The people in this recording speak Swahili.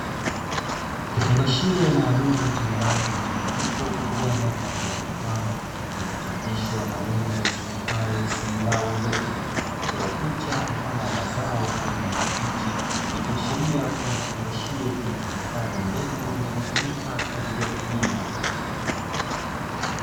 Kifungashio maalumu chenye rangi mchanganyiko kijani pamoja na manjano, kilichochapishwa maneno yasomekayo "simlau mbegu" na kuchorwa picha mfano wa mazao aina ya kabichi, ikiashiria kuwa ni kifungashio kilichohifadhi mbegu zinazotumika kwa ajili ya kilimo.